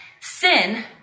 sin